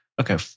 Okay